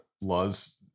laws